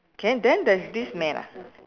K then there's this man ah